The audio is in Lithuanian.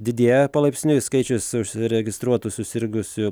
didėja palaipsniui skaičius užsiregistruotų susirgusių